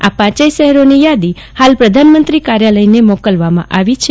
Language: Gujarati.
આ પાંચેય શહેરોની યાદી હાલ પ્રધાનમંત્રી કાર્યાલયને મોકલવામાં આવી છે